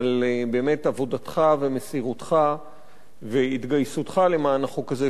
באמת על עבודתך ומסירותך והתגייסותך למען החוק הזה,